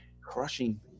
Crushing